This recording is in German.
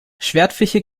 schwertfische